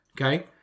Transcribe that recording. okay